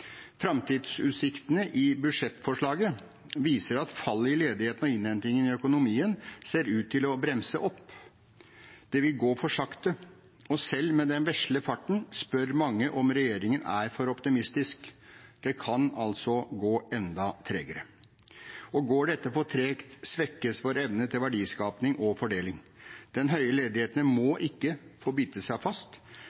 Framtidsutsiktene i budsjettforslaget viser at fallet i ledigheten og innhentingen i økonomien ser ut til å bremse opp. Det vil gå for sakte. Selv med den vesle farten spør mange om regjeringen er for optimistisk. Det kan altså gå enda tregere. Går dette for tregt, svekkes vår evne til verdiskaping og fordeling. Den høye ledigheten må